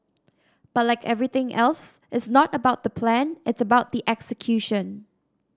but like everything else it's not about the plan it's about the execution